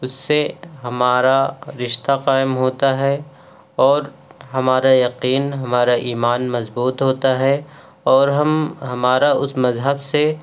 اس سے ہمارا رشتہ قائم ہوتا ہے اور ہمارا یقین ہمارا ایمان مضبوط ہوتا ہے اور ہم ہمارا اس مذہب سے